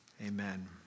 Amen